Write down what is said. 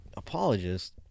apologist